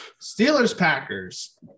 Steelers-Packers